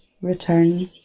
return